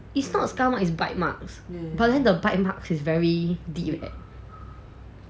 it's not scar marks it's bite marks the bite marks is very deep leh